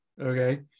Okay